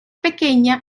pequeña